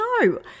No